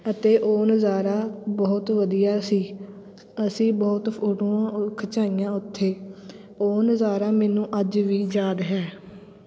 ਅਤੇ ਉਹ ਨਜ਼ਾਰਾ ਬਹੁਤ ਵਧੀਆ ਸੀ ਅਸੀਂ ਬਹੁਤ ਫੋਟੋਆਂ ਓ ਖਿਚਾਈਆਂ ਉੱਥੇ ਉਹ ਨਜ਼ਾਰਾ ਮੈਨੂੰ ਅੱਜ ਵੀ ਯਾਦ ਹੈ